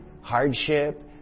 hardship